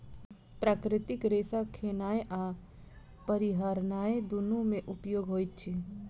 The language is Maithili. प्राकृतिक रेशा खेनाय आ पहिरनाय दुनू मे उपयोग होइत अछि